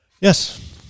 Yes